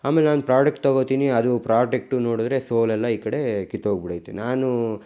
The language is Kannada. ಆಮೇಲೆ ನಾನು ಪ್ರಾಡಕ್ಟ್ ತೊಗೋತೀನಿ ಅದು ಪ್ರಾಡಕ್ಟು ನೋಡಿದ್ರೆ ಸೋಲ್ ಎಲ್ಲ ಈ ಕಡೆ ಕಿತ್ತೋಗ್ ಬಿಟ್ಟೈತೆ ನಾನು